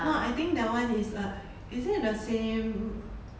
no I think that one is uh is it the same